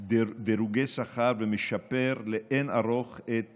דירוגי שכר ומשפר לאין ערוך את